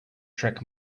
track